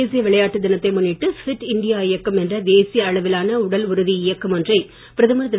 தேசிய விளையாட்டு தினத்தை முன்னிட்டு ஃபிட் இந்தியா இயக்கம் என்ற தேசிய அளவிலான உடல் உறுதி இயக்கம் ஒன்றை பிரதமர் திரு